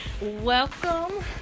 Welcome